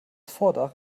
vordach